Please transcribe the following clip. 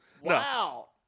Wow